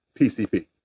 PCP